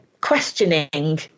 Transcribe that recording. questioning